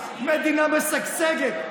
למדינה משגשגת,